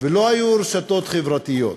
ולא היו רשתות חברתיות,